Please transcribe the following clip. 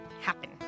happen